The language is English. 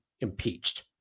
impeached